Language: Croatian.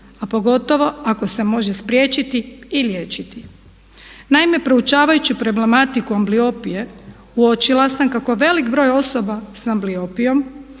a pogotovo ako se može spriječiti i liječiti. Naime, proučavajući problematiku ambliopije uočila sam kako veliki broj osoba s ambliopijom